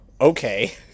okay